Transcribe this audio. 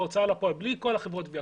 בלי כל חברות הגבייה.